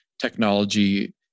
technology